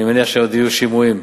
אני מניח שעוד יהיו שימועים.